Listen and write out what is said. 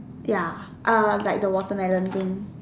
ya err like the watermelon thing